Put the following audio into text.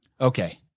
Okay